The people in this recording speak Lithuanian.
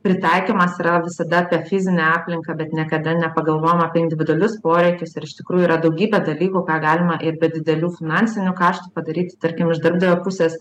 pritaikymas yra visada apie fizinę aplinką bet niekada nepagalvojam apie individualius poreikius ir iš tikrųjų yra daugybė dalykų ką galima ir be didelių finansinių kaštų padaryti tarkim iš darbdavio pusės